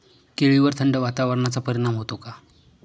केळीवर थंड वातावरणाचा परिणाम होतो का?